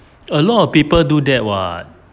a lot of people do that [what]